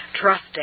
trusting